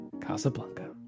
Casablanca